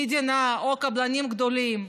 המדינה או קבלנים גדולים,